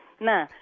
nah